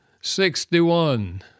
Sixty-one